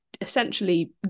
essentially